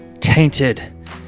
tainted